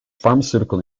pharmaceutical